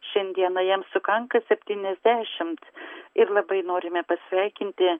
šiandieną jam sukanka septyniasdešimt ir labai norime pasveikinti